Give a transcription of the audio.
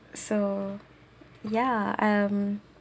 so ya um